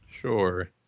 sure